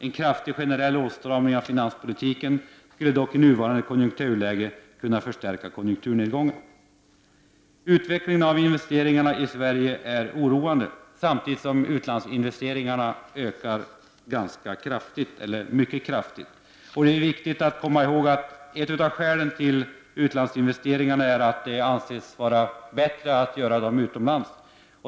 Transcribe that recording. En kraftig generell åtstramning av finanspolitiken skulle dock i nuvarande konjunkturläge kunna förstärka konjunkturnedgången. Utvecklingen av investeringarna i Sverige är oroande. Samtidigt ökar utlandsinvesteringarna mycket kraftigt. Ett av skälen till utlandsinvesteringarnas ökning är att det anses vara bättre att göra investeringar utomlands.